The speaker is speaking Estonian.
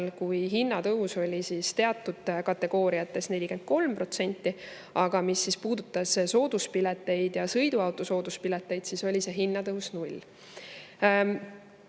kui hinnatõus oli teatud kategooriates 43%, aga mis puudutas sooduspileteid ja sõiduauto sooduspileteid, siis oli see hinnatõus